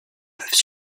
peuvent